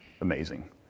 amazing